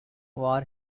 war